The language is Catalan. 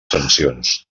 sancions